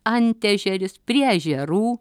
antežeris prie ežerų